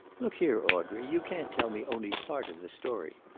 look here, audrey, you can't tell me only part of the story.